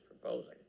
proposing